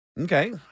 Okay